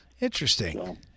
Interesting